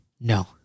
No